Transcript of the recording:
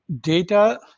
data